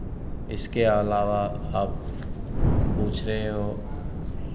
इसके अलावा आप पूछ रहे हो